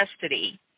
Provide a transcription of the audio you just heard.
custody